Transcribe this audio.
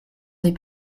des